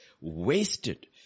wasted